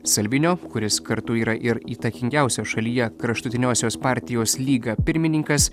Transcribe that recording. salvinio kuris kartu yra ir įtakingiausios šalyje kraštutiniosios partijos lyga pirmininkas